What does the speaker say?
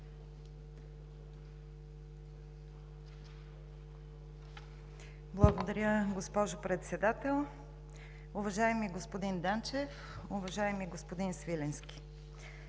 Благодаря, госпожо Председател. Уважаеми господин Данчев, уважаеми господин Свиленски,